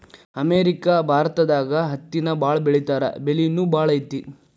America ಭಾರತದಾಗ ಹತ್ತಿನ ಬಾಳ ಬೆಳಿತಾರಾ ಬೆಲಿನು ಬಾಳ ಐತಿ